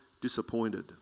disappointed